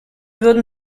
würden